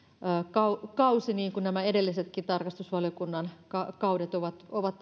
kausi kausi niin kuin edellisetkin tarkastusvaliokunnan kaudet ovat ovat